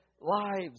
lives